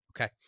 okay